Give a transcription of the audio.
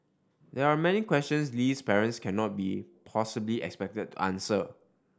there are many questions Lee's parents cannot be possibly expected answer